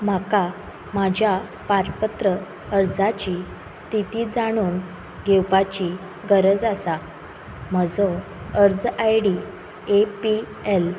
म्हाका म्हाज्या पारपत्र अर्जाची स्थिती जाणून घेवपाची गरज आसा म्हजो अर्ज I D A P L